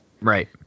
Right